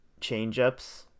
changeups